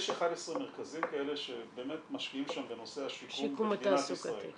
יש 11 מרכזים כאלה שבאמת משקיעים שם בנושא השיקום במדינת ישראל,